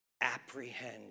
apprehend